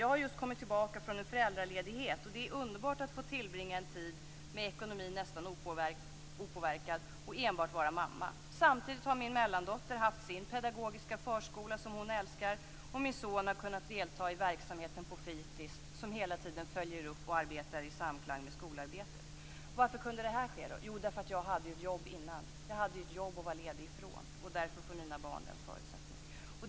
Jag har just kommit tillbaka från en föräldraledighet. Det är underbart att få tillbringa en tid, med ekonomin nästan opåverkad, med att enbart vara mamma. Samtidigt har min mellandotter haft sin pedagogiska förskola som hon älskar, och min son har kunnat delta i verksamheten på fritis, som hela tiden följer upp och arbetar i samklang med skolarbetet. Varför kunde det här ske? Jo, därför att jag hade ett jobb innan att vara ledig ifrån. Därför får mina barn den förutsättningen.